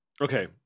Okay